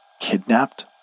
kidnapped